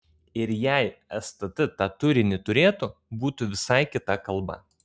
ir jei stt tą turinį turėtų būtų visai kita kalba